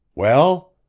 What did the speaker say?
well?